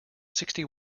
sixty